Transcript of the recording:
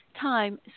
time